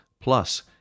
Plus